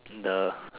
the